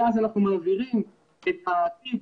אז אנחנו מעבירים את התיק,